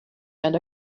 and